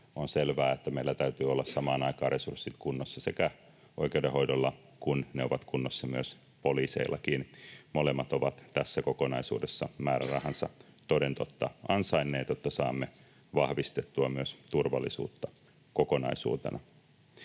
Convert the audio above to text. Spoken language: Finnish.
On selvää, että meillä täytyy olla samaan aikaan resurssien kunnossa myös oikeudenhoidolla, niin kuin ne ovat kunnossa poliiseillakin. Molemmat ovat tässä kokonaisuudessa määrärahansa toden totta ansainneet, jotta saamme vahvistettua myös turvallisuutta kokonaisuutena.